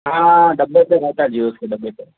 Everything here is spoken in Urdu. ہاں ڈبے پہ رہتا ہے جی اس کے ڈبے پہ